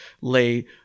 lay